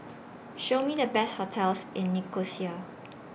Show Me The Best hotels in Nicosia